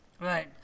Right